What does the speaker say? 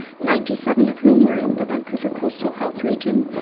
ninety seven of whom were in the vancouver coastal health region,